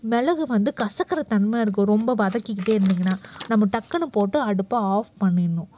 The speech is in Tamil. மிளகு வந்து கசக்கிற தன்மை இருக்கும் ரொம்ப வதக்கிக்கிட்டே இருந்தீங்கனால் நம்ம டக்குனு போட்டு அடுப்பை ஆஃப் பண்ணிடணும்